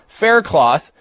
Faircloth